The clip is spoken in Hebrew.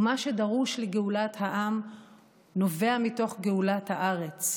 ומה שדרוש לגאולת העם נובע מתוך גאולת הארץ,